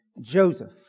Joseph